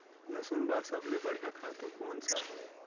लसुन बार सबले बढ़िया खातु कोन सा हो?